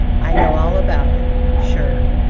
i know all about it, sure,